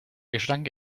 gestank